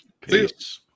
peace